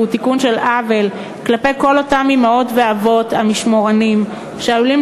והוא תיקון של עוול כלפי כל אותם אימהות ואבות משמורנים שעלולים